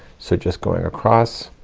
so just going across